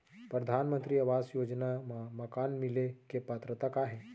परधानमंतरी आवास योजना मा मकान मिले के पात्रता का हे?